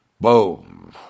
Boom